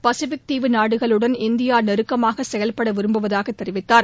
Pacific தீவு நாடுகளுடன் India நெருக்கமாக செயல்பட விரும்புவதாக தெரிவித்தார்